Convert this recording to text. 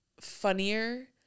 funnier